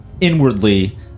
inwardly